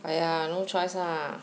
!aiya! no choice lah